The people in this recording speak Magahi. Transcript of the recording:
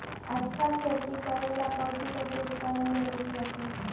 अच्छा खेतिया करे ला कौची कौची उपकरण जरूरी हखिन?